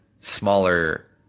smaller